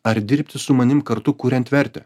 ar dirbti su manim kartu kuriant vertę